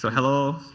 so hello.